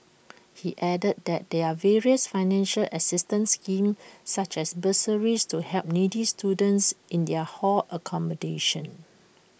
he added that there are various financial assistance schemes such as bursaries to help needy students in their hall accommodation